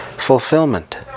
Fulfillment